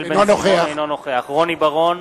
אינו נוכח רוני בר-און,